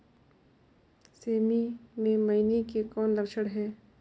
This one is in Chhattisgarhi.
सेमी मे मईनी के कौन लक्षण हे?